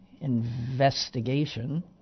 investigation